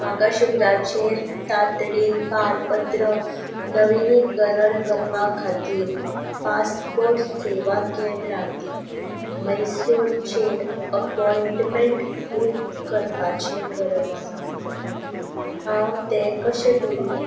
म्हाका शुक्राचेर तातडीन पारपत्र नविनीकरण करपा खातीर पासपोर्ट सेवा केंद्रांत मैसूरचेर अपॉयटमेंट बूक करपाची गरज आसा हांव तें कशें करूं